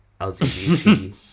LGBT